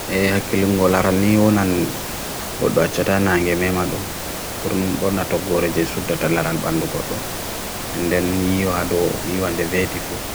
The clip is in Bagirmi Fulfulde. E haqilungo laran niyo nan godo achadana aange me madung Kurunum bona to gore jesu datan laran bandukodo An then niyo hado, iyo an the vetifu